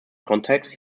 contacts